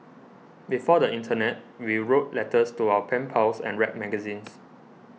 before the internet we wrote letters to our pen pals and read magazines